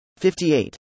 58